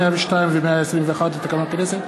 102 ו-121 לתקנון הכנסת,